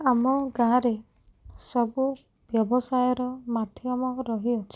ଆମ ଗାଁରେ ସବୁ ବ୍ୟବସାୟର ମାଧ୍ୟମ ରହିଅଛି